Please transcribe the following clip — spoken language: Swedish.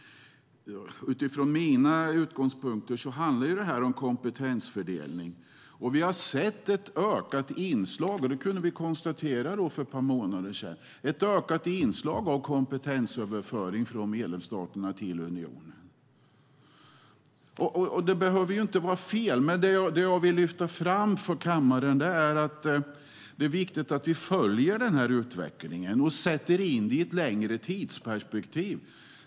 Utifrån mina utgångspunkter handlar det här om kompetensfördelning. För ett par månader sedan kunde vi konstatera ett ökat inslag av kompetensöverföring från medlemsstaterna till unionen. Det behöver inte vara fel, men det jag vill lyfta fram för kammaren är att det är viktigt att vi följer denna utveckling och sätter in den i ett längre tidsperspektiv.